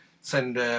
send –